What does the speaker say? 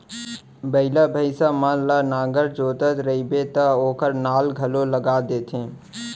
बइला, भईंसा मन ल नांगर जोतत रइबे त ओकर नाल घलौ ल लाग देथे